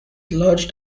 lodged